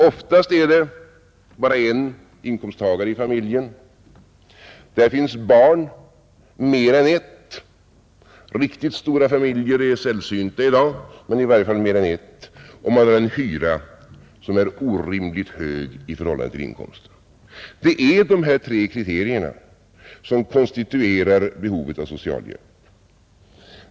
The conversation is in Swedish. Oftast finns det bara en inkomsttagare i familjen. Det finns mer än ett barn — riktigt stora familjer är sällsynta i dag, men det finns i varje fall mer än ett barn, Man har en hyra som är orimligt hög i förhållande till inkomsten, Det är dessa tre kriterier som konstituerar behovet av socialhjälp.